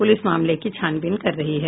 police मामले की छानबीन कर रही है